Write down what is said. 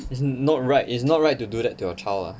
it's not right it's not right to do that to your child lah